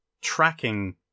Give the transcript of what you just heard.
tracking